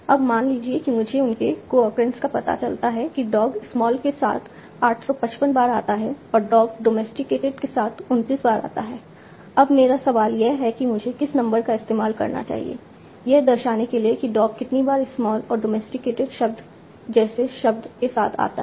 अब मान लीजिए कि मुझे उनके कोअक्रेंस का पता चलता है कि डॉग स्मॉल के साथ 855 बार आता है और डॉग डॉमेस्टिकेटेड के साथ 29 बार आता है अब मेरा सवाल यह है कि मुझे किस नंबर का इस्तेमाल करना चाहिए यह दर्शाने के लिए कि डॉग कितनी बार स्मॉल और डॉमेस्टिकेटेड जैसे शब्द के साथ आता है